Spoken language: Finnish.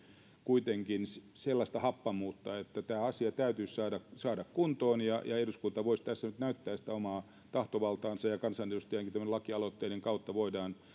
kuitenkin sellaista happamuutta että tämä asia täytyisi saada saada kuntoon ja ja eduskunta voisi tässä nyt näyttää sitä omaa tahtovaltaansa että kansanedustajankin lakialoitteiden kautta voidaan